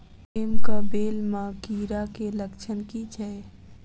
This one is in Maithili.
सेम कऽ बेल म कीड़ा केँ लक्षण की छै?